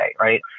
right